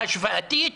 השוואתית,